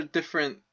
different